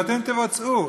ואתם תבצעו,